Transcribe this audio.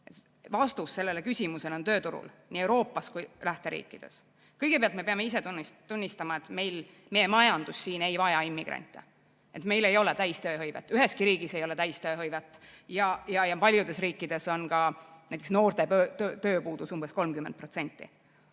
Vastus sellele küsimusele on tööturul nii Euroopas kui lähteriikides. Kõigepealt me peame ise tunnistama, et meie majandus siin ei vaja immigrante. Meil ei ole täistööhõivet, üheski riigis ei ole täistööhõivet ja paljudes riikides on näiteks noorte tööpuudus umbes 30%.